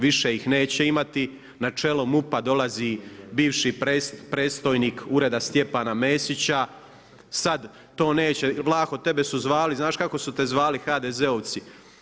Više ih neće imati, na čelo MUP-a dolazi bivši predstojnik ureda Stjepana Mesića, sad to neće, Vlaho tebe su zvali, znaš kako su te zvali HDZ-ovci?